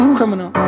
criminal